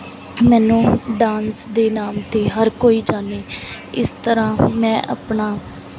ਮੈਨੂੰ ਡਾਂਸ ਦੇ ਨਾਮ 'ਤੇ ਹਰ ਕੋਈ ਜਾਣੇ ਇਸ ਤਰ੍ਹਾਂ ਮੈਂ ਆਪਣਾ